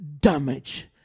damage